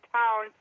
town